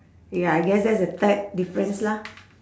ya I guess that's the third difference lah